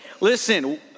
listen